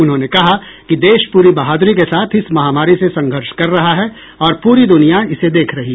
उन्होंने कहा कि देश पूरी बहादुरी के साथ इस महामारी से संघर्ष कर रहा है और पूरी दुनिया इसे देख रही है